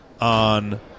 on